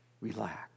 Relax